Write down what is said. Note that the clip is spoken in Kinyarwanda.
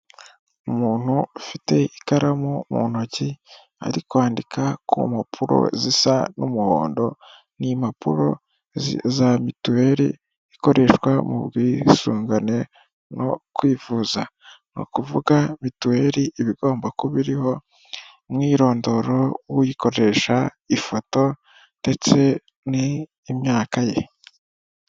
Umuntu ufite ikaramu mu ntoki ari kwandika ku mpapuro zisa n'umuhondo n'impapuro za mituweri ikoreshwa mu bwisungane no kwivuza, ni ukuvuga mituweri ibigomba kuba iriho umwirondoro w'uyikoresha ifoto ndetse n'imyaka ye.